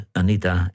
Anita